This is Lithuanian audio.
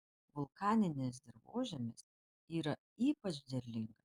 vulkaninis dirvožemis yra ypač derlingas